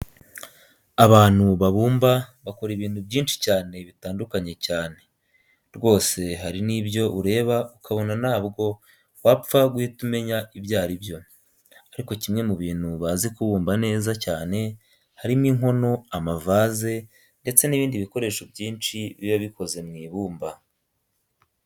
Abantu babumba bakora ibintu byinshi cyane bitandukanye cyane, rwose hari n'ibyo ureba ukabona ntabwo wapfa guhita umenya ibyo ari byo. Ariko kimwe mu bintu bazi kubumba neza cyane harimo inkono, amavaze ndetse n'ibindi bikoresho byinshi biba bikoze mu ibumba.